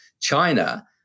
China